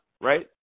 right